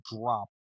drop